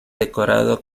decorado